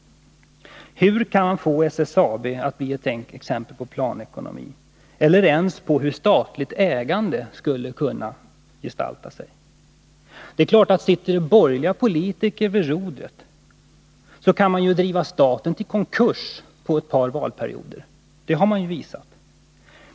Hur kan man få SSAB att bli ett exempel på planekonomi eller ens på hur statligt ägande skulle gestalta sig? Det är klart att sitter borgerliga politiker vid rodret, så kan man driva staten till konkurs på ett par valperioder. Det har man ju visat.